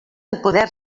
poder